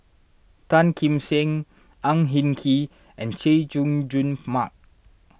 Tan Kim Seng Ang Hin Kee and Chay Jung Jun Mark